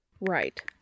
Right